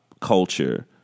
culture